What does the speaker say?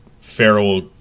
feral